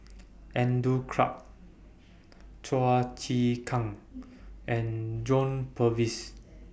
Andrew Clarke Chua Chim Kang and John Purvis